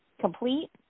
complete